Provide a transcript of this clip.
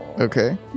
Okay